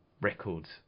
records